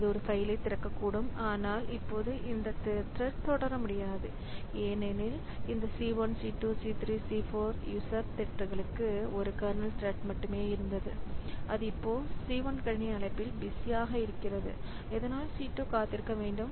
அது ஒரு பைலை திறக்கக்கூடும் ஆனால் இப்போது இந்த த்ரெட் தொடர முடியாது ஏனெனில் இந்த C1C2C3C4 யூசர் த்ரெட்களுக்கு 1 கர்னல் த்ரெட் மட்டுமே இருந்தது அது இப்போ C1 கணினி அழைப்பில் பிஸியாக இருக்கிறது இதனால் C2 காத்திருக்க வேண்டும்